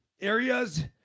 areas